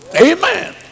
Amen